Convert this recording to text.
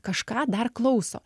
kažką dar klauso